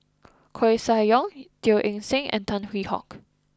Koeh Sia Yong Teo Eng Seng and Tan Hwee Hock